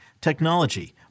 technology